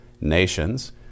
nations